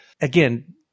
Again